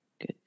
Good